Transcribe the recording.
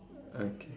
okay